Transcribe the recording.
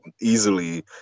easily